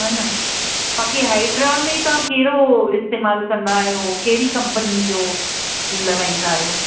हा न बाक़ी हाएड्रा में तव्हां कहिड़ो इस्तेमालु कंदा आयो कहिड़ी कंपनी जो लॻाईंदा आहियो